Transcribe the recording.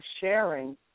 sharing